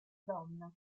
donna